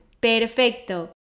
Perfecto